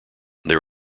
there